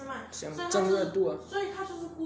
想镇热度 do ah